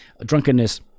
drunkenness